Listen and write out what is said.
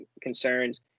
concerns